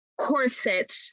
corset